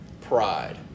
Pride